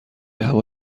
هوا